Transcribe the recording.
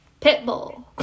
Pitbull